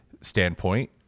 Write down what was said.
standpoint